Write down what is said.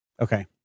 Okay